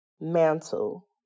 mantle